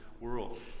world